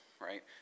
right